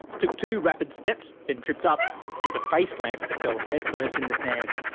took two rapid steps, then tripped up with a face plant, fell head first in the sand.